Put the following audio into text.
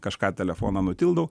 kažką telefoną nutildau